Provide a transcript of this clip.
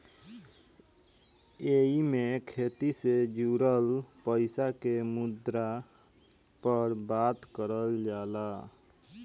एईमे खेती से जुड़ल पईसा के मुद्दा पर बात करल जाला